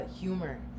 Humor